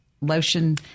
lotion